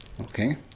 Okay